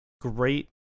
great